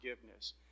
forgiveness